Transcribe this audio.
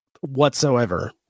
whatsoever